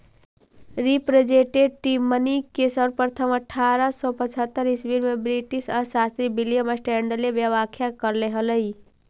representative money के सर्वप्रथम अट्ठारह सौ पचहत्तर ईसवी में ब्रिटिश अर्थशास्त्री विलियम स्टैंडले व्याख्या करले हलई